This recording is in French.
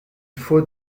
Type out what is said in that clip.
faut